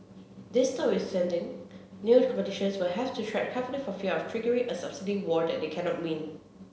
this notwithstanding new competitors will have to tread carefully for fear of triggering a subsidy war that they cannot win